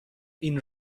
این